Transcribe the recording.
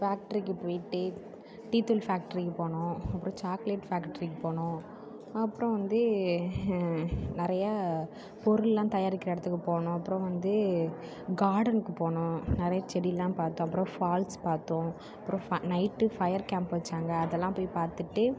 ஃபேக்ட்ரிக்கு போய்ட்டு டீத்தூள் ஃபேக்ட்ரிக்கு போனோம் அப்றம் சாக்லேட் ஃபேக்ட்ரிக்கு போனோம் அப்றம் வந்து நிறைய பொருள்லாம் தயாரிக்கிற இடத்துக்கு போனோம் அப்றம் வந்து கார்டனுக்கு போனோம் நிறைய செடிலாம் பார்த்தோம் அப்றம் ஃபால்ஸ் பார்த்தோம் அப்றம் நைட்டு ஃபயர் கேம்ப் வைச்சாங்க அதெல்லாம் போய் பார்த்துட்டு